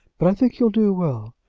but i think he'll do well,